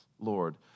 Lord